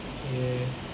okay